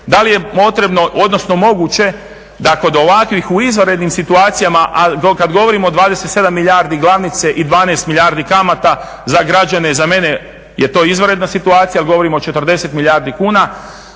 da li je potrebno, odnosno moguće da kod ovakvih u izvanrednim situacijama, kad govorimo o 27 milijardi glavnice i 12 milijardi kamata za građane, za mene je to izvanredna situacija, a govorimo o 40 milijardi kuna.